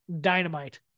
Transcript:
dynamite